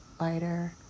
lighter